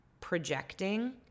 projecting